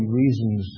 reasons